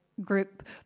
group